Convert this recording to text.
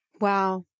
Wow